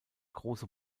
große